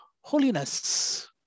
holiness